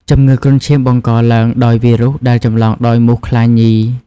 ជំងឺគ្រុនឈាមបង្កឡើងដោយវីរុស ដែលចម្លងដោយមូសខ្លាញី។